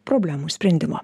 problemų sprendimo